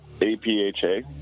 APHA